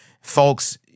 Folks